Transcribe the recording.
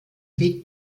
weg